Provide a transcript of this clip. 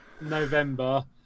November